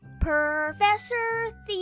Professor